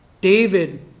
David